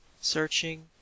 searching